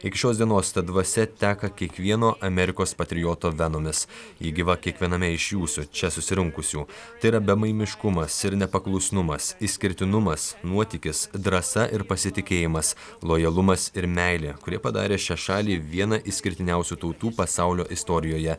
iki šios dienos ta dvasia teka kiekvieno amerikos patrioto venomis ji gyva kiekviename iš jūsų čia susirinkusių tai yra bemaimiškumas ir nepaklusnumas išskirtinumas nuotykis drąsa ir pasitikėjimas lojalumas ir meilė kurie padarė šią šalį vieną išskirtiniausių tautų pasaulio istorijoje